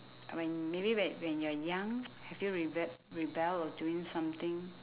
when maybe when when you're young have you rebe~ rebel while doing something